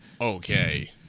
Okay